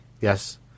Yes